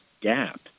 gap